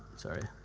sorry.